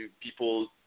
people